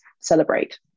celebrate